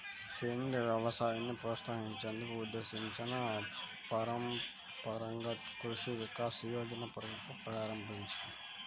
సేంద్రియ వ్యవసాయాన్ని ప్రోత్సహించేందుకు ఉద్దేశించిన పరంపరగత్ కృషి వికాస్ యోజనని ప్రభుత్వం ప్రారంభించింది